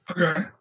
Okay